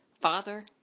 father